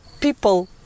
people